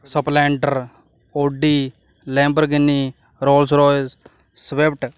Splendor Audi Lamborghini Rolls Royce Swift